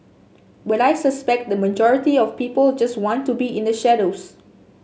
but I suspect the majority of people just want to be in the shadows